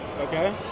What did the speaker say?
Okay